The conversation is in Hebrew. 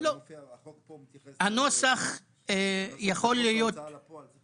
החוק פה מתייחס --- ההוצאה לפועל צריך